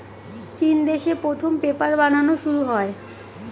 চিন দেশে প্রথম পেপার বানানো শুরু হয়